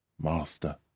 Master